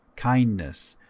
kindness,